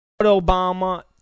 Obama